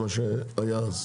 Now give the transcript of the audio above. מה שהיה אז.